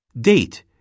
Date